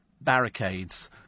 barricades